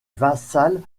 vassal